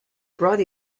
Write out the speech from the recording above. brought